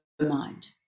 mind